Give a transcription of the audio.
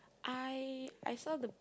I I saw the